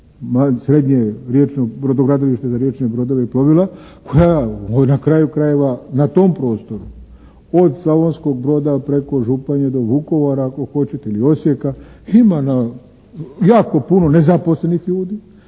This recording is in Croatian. riječno brodogradilište za riječne brodove i plovila. Na kraju krajeva na tom prostoru od Slavonskog Broda preko Županje do Vukovara ako hoćete ili Osijeka ima na, jako puno nezaposlenih ljudi